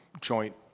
joint